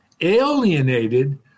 alienated